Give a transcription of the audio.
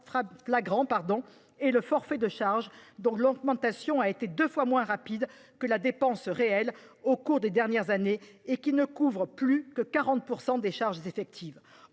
est le forfait de charges, dont l'augmentation a été deux fois moins rapide que la dépense réelle au cours des dernières années. D'ailleurs, il ne couvre plus que 40 % des charges effectives.